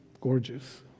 gorgeous